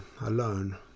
alone